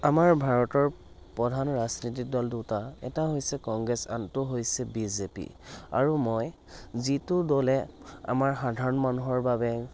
আমাৰ ভাৰতৰ প্ৰধান ৰাজনীতিৰ দল দুটা এটা হৈছে কংগ্ৰেছ আনটো হৈছে বি জে পি আৰু মই যিটো দলে আমাৰ সাধাৰণ মানুহৰ বাবে